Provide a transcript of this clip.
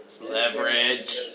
Leverage